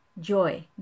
joy